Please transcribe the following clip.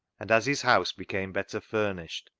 and as his house became better furnished,